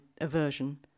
aversion